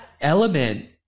element